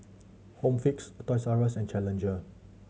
Home Fix Toys Rus and Challenger